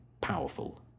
powerful